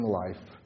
life